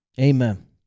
Amen